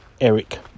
Eric